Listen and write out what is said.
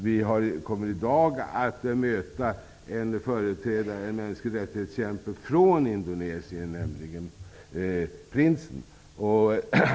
Vi kommer i dag att möta en förkämpe för mänskliga rättigheter från Indonesien, nämligen Hadjiprinsen.